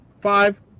five